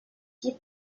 qui